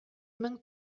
мең